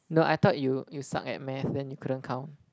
no I thought you you suck at math then you couldn't count